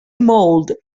mold